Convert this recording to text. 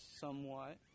somewhat